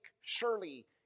surely